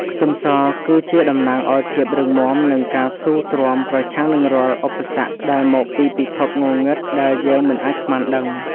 ខ្ទឹមសគឺជាតំណាងឱ្យភាពរឹងមាំនិងការស៊ូទ្រាំប្រឆាំងនឹងរាល់ឧបសគ្គដែលមកពីពិភពងងឹតដែលយើងមិនអាចស្មានដឹង។